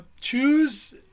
choose